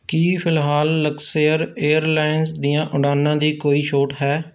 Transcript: ਕੀ ਫਿਲਹਾਲ Luxair airlines ਦੀਆਂ ਉਡਾਨਾਂ ਦੀ ਕੋਈ ਛੋਟ ਹੈ